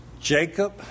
Jacob